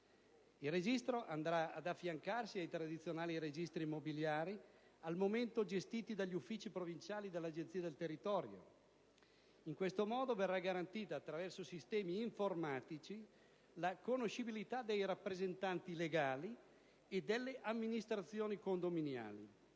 Il registro andrà ad affiancarsi ai tradizionali registri immobiliari al momento gestiti dagli uffici provinciali dell'Agenzia del territorio. In questo modo verrà garantita, attraverso sistemi informatici, la conoscibilità dei rappresentanti legali e delle amministrazioni condominiali.